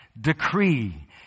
decree